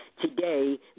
Today